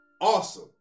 Awesome